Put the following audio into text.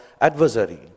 adversary